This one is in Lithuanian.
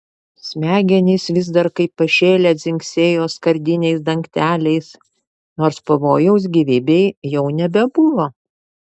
smegenys vis dar kaip pašėlę dzingsėjo skardiniais dangteliais nors pavojaus gyvybei jau nebebuvo